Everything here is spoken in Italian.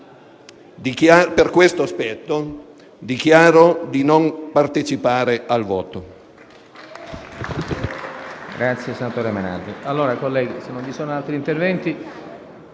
per questo aspetto, dichiaro di non partecipare al voto.